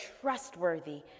trustworthy